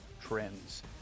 Trends